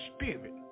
spirit